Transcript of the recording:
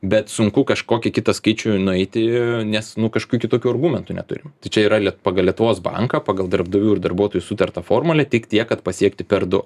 bet sunku kažkokį kitą skaičių nueiti nes nu kažkokių kitokių argumentų neturim čia yra liet pagal lietuvos banką pagal darbdavių ir darbuotojų sutartą formulę tik tiek kad pasiekti per du